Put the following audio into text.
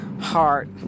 heart